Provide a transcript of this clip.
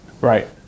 Right